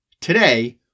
Today